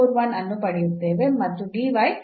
41 ಅನ್ನು ಪಡೆಯುತ್ತೇವೆ ಮತ್ತು 0